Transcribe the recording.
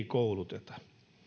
kouluteta